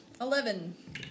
Eleven